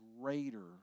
greater